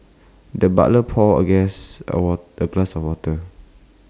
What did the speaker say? the butler poured A guest A what the glass of water